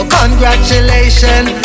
congratulations